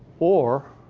or,